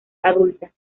adulta